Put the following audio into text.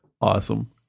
Awesome